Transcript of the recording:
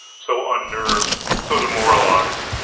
so unnerved, so demoralized.